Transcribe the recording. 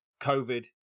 COVID